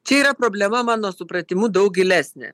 čia yra problema mano supratimu daug gilesnė